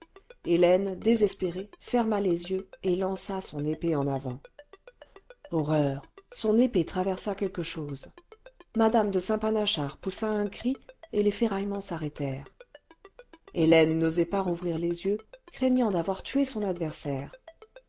hélène désespérée ferma les yeux et lança son épée en avant horreur son épée traversa quelque chose mme de saint panachard poussa un cri et les ferraillements s'arrêtèrent hélène n'osait pas rouvrir les yeux craignant d'avoir tué son adversaire